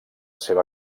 seva